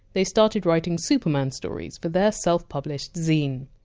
they started writing superman stories for their self-published zine.